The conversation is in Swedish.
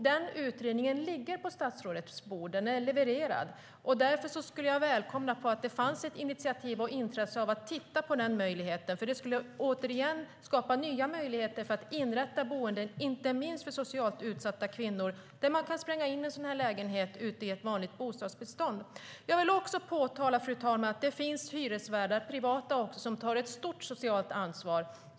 Den utredningen har levererats och ligger på statsrådets bord. Därför skulle jag välkomna ett intresse att titta på den möjligheten. Det skulle skapa nya möjligheter att inrätta boenden, inte minst för socialt utsatta kvinnor, i ett vanligt bostadsbestånd. Fru talman! Jag vill också påtala att det finns hyresvärdar, även privata, som tar ett stort socialt ansvar.